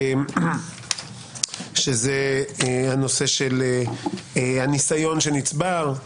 שזה הנושא של הניסיון שנצבר,